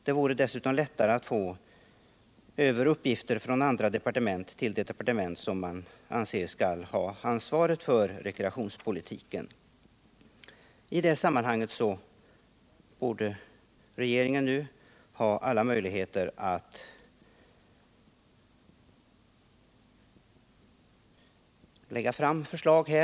Det borde dessutom nu vara lättare att få över uppgifter från andra departement till det departement som man anser skall ha ansvaret för rekreationspolitiken. Den nuvarande regeringen borde således ha alla möjligheter att lägga fram en rekreationspolitisk proposition.